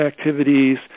activities